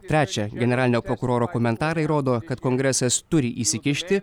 trečia generalinio prokuroro komentarai rodo kad kongresas turi įsikišti